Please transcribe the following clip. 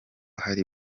hari